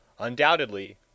Undoubtedly